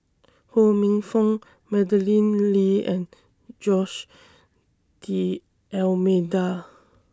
Ho Minfong Madeleine Lee and Jose D'almeida